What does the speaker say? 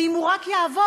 ואם הוא רק יעבור,